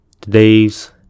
Today's